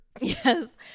Yes